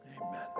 amen